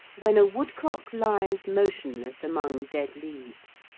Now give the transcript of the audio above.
when a woodcock lies motionless among dead leaves,